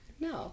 No